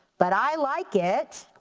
but i like it